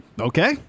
Okay